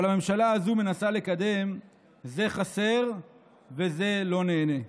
אבל הממשלה הזו מנסה לקדם "זה חסר וזה לא נהנה".